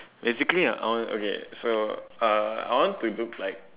basically I want okay so uh I want to look like